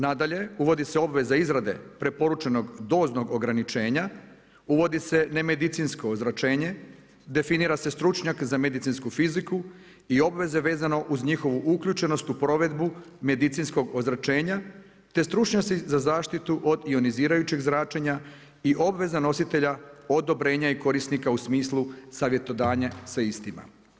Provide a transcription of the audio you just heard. Nadalje, uvodi se obveza izrade preporučenog doznog ograničenja, uvodi se nemedicinsko ozračenje, definira se stručnjak za medicinsku fiziku i obveze vezano uz njihovu uključenost u provedbu medicinskog ozračenja te stručnjaci za zaštitu od ionizirajućeg zračenja i obveza nositelja odobrenja korisnika u smislu savjetovanja sa istima.